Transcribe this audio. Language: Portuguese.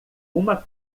uma